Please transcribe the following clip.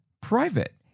private